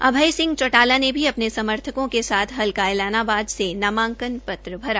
अभय सिंह चौटाला ने भी अपने समर्थकों के साथ हलका ऐलनाबाद से नामांकन पत्र भरा